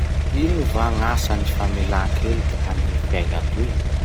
Ino va gn'asan'ny famelankeloky amy gny fiaigna toy?